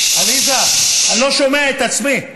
עליזה, אני לא שומע את עצמי.